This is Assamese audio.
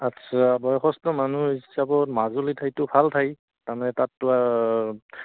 আচ্ছা বয়সস্থ মানুহ হিচাপত মাজুলী ঠাইটো ভাল ঠাই তাৰমানে তাতটো